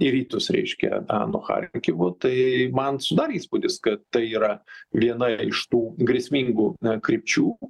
į rytus reiškia nuo charkivo tai man sudarė įspūdis kad tai yra viena iš tų grėsmingų krypčių